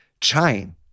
chain